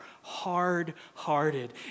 hard-hearted